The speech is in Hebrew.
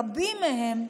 רבים מהם,